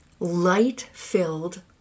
light-filled